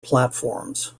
platforms